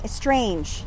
strange